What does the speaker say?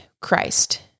Christ